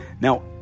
Now